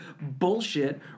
bullshit